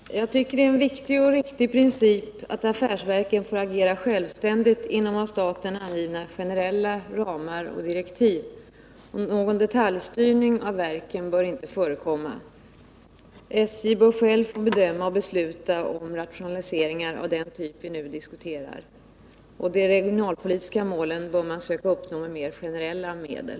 Herr talman! Jag tycker det är en viktig och riktig princip att affärsverken får agera självständigt inom av staten angivna generella ramar och direktiv. Någon detaljstyrning av verken bör inte förekomma. SJ bör självt få bedöma och besluta om rationaliseringar av den typ vi nu diskuterar. De regionalpolitiska målen bör man försöka uppnå med mer generella medel.